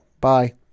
bye